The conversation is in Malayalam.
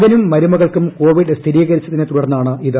മകനും മരുമകൾക്കും കോവിഡ് സ്ഥിരീകരിച്ചതിനെ തുടർന്നാണിത്